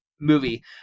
movie